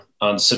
on